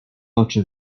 oczy